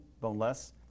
boneless